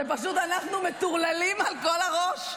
אנחנו פשוט מטורללים על כל הראש,